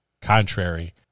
contrary